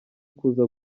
kuza